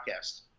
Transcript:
podcast